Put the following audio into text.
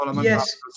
Yes